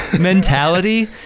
mentality